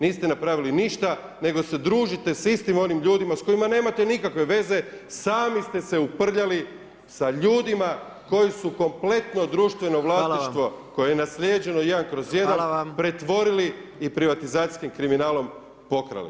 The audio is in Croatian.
Niste napravili ništa nego se družite s istim onim ljudima s kojima nemate nikakve veze, sami ste se uprljali sa ljudima koji su kompletno društveno vlasništvo koje je naslijeđeno 1/1 pretvorili i privatizacijskim kriminalom pokrali.